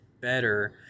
better